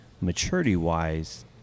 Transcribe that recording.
maturity-wise